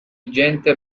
gente